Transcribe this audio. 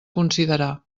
considerar